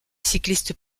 cycliste